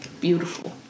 beautiful